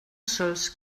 sols